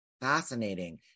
Fascinating